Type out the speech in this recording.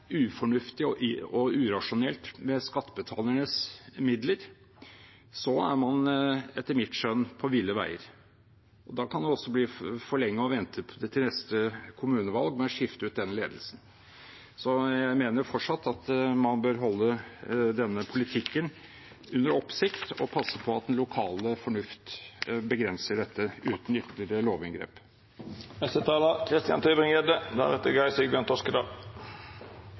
ufornuftig og urasjonelt med skattebetalernes midler, er man etter mitt skjønn på ville veier. Da kan det også bli for lenge å vente til neste kommunevalg med å skifte ut den ledelsen. Jeg mener fortsatt at man bør holde denne politikken under oppsikt og passe på at den lokale fornuft begrenser dette uten ytterligere lovinngrep.